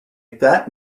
fat